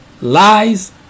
lies